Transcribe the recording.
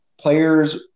players